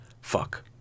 Fuck